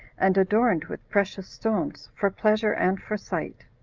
and adorned with precious stones, for pleasure and for sight.